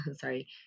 sorry